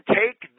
take